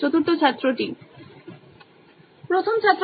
চতুর্থ ছাত্র আমার বয়স 22